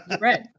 Right